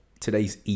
today's